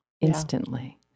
instantly